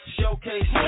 showcase